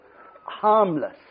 Harmless